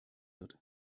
wird